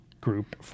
group